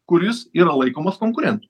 kuris yra laikomas konkurentu